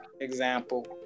example